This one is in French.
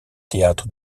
théâtre